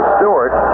Stewart